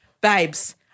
Babes